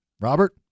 Robert